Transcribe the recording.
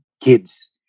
kids